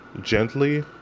gently